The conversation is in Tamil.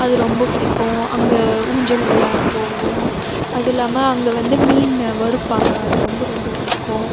அது ரொம்ப பிடிக்கும் அங்கே ஊஞ்சல் விளாட போவோம் அதுவும் இல்லாமல் அங்கே வந்து மீனை வறுப்பாங்க அது ரொம்ப ரொம்ப பிடிக்கும்